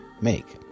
make